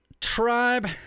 Tribe